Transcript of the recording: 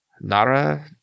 Nara